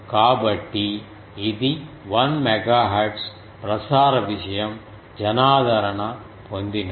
కాబట్టి ఇది 1MHz ప్రసార విషయం జనాదరణ పొందినది